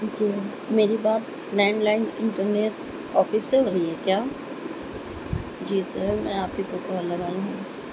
جی میری بات landline internet office سے ہو رہی ہے کیا جی سر میں آپ ہی کو کال لگائی ہوں